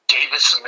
Davis